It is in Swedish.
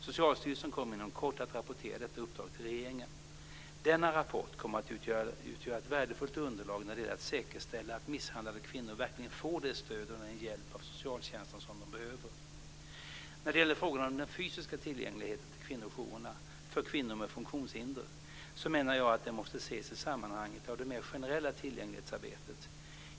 Socialstyrelsen kommer inom kort att rapportera detta uppdrag till regeringen. Denna rapport kommer att utgöra ett värdefullt underlag när det gäller att säkerställa att misshandlade kvinnor verkligen får det stöd och den hjälp av socialtjänsten som de behöver. När det gäller frågan om den fysiska tillgängligheten till kvinnojourerna för kvinnor med funktionshinder menar jag att den måste ses i sammanhanget av det mer generella tillgänglighetsarbetet.